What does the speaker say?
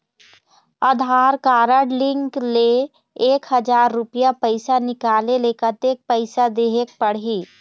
आधार card link ले एक हजार रुपया पैसा निकाले ले कतक पैसा देहेक पड़ही?